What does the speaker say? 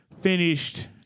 finished